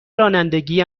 رانندگی